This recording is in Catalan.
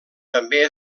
també